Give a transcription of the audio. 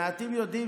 מעטים יודעים,